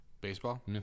Baseball